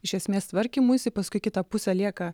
iš esmės tvarkymuisi paskui kita pusė lieka